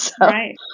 Right